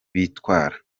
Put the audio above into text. bitwara